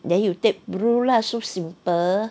then you take blue lah so simple